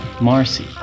Marcy